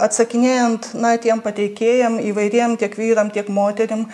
atsakinėjant na tiem pateikėjam įvairiem tiek vyram tiek moterim